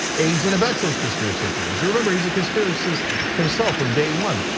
aids and abets those conspiracy theories. remember, he is a conspiracist himself from day one.